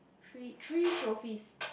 three three trophies